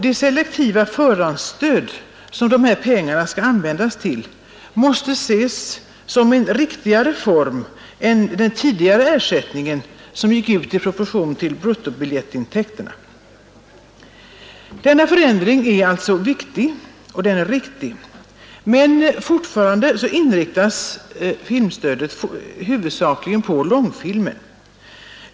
Det selektiva förhandsstöd som dessa pengar skall användas till måste ses som en riktigare form än den tidigare ersättningen, som utgick i proportion till gruppbiljettintäkterna. Denna förändring är alltså viktig, och den är också riktig, men fortfarande inriktas filmstödet huvudsakligen på långfilmen.